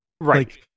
right